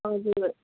हजुर